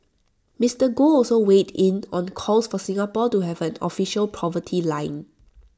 Mister Goh also weighed in on calls for Singapore to have an official poverty line